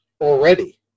already